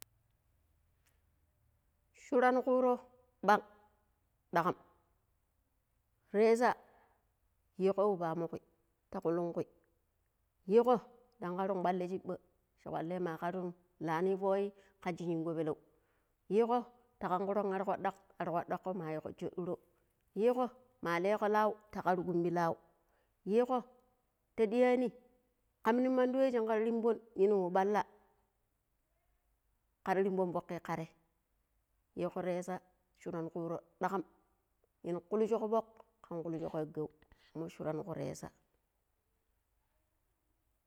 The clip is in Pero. ﻿shuran ƙuro ɓang ɗag̣am raza yug̣o wa pamo ƙwi ta kulun kui yig̱o dan karon ƙwala shiɓa shi ƙwale ma ƙarun lani foi ka shingo palau yigo ta kangrugon ar ƙwaɗak ar ƙwaduko ma yigo joɗira yig̣o ma lego lau ta karu kumbi lau yigo ta ɗiya ni kam ni mandi wai shin kar rimbon yinin wa balla kar riɓon fuki ka ree yigo zera shuron ƙuro ɗagam yunu kulshi shuk fuk kan kullishira gau ummo shura ku raiza